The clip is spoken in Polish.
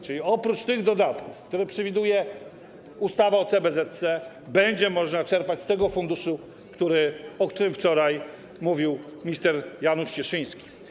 Czyli oprócz tych dodatków, które przewiduje ustawa o CBZC, będzie można czerpać z tego funduszu, o którym wczoraj mówił minister Janusz Cieszyński.